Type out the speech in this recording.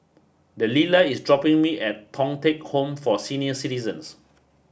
Delila is dropping me off at Thong Teck Home for Senior Citizens